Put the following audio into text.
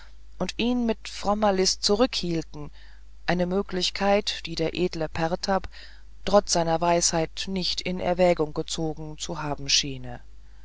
und ihn mit frommer list zurückhielten eine möglichkeit die der edle pertab trotz seiner weisheit nicht in erwägung gezogen zu haben schiene